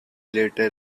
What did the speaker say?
later